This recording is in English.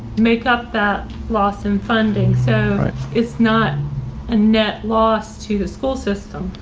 make up that loss in funding. so it's not a net loss to the school system.